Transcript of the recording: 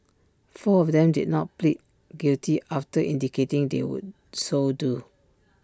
four of them did not plead guilty after indicating they would so do